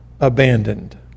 abandoned